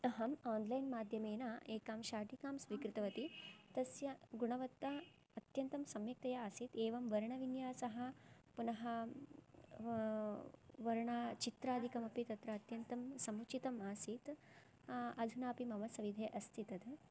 अहम् आन्लैन् माध्यमेन एकां शाटिकां स्वीकृतवती तस्य गुणवत्ता अत्यन्तं सम्यक्तया आसीत् एवं वर्णविन्यासः पुनः वर्णाचित्रादिकमपि तत्र अत्यन्तं समुचितम् आसीत् अधुनापि मम सविधे अस्ति तत्